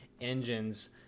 engines